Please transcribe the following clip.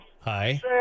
hi